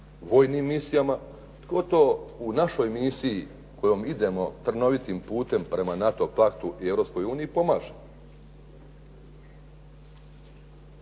vojnim misijama, tko to u našoj misiji kojom idemo trnovitim putem prema NATO paktu i Europskoj